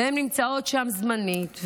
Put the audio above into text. הן נמצאות שם זמנית,